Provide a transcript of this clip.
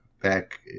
back